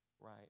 right